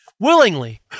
Willingly